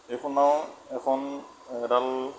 এইখন নাও এখন এডাল